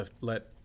let